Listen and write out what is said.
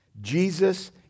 Jesus